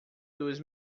dos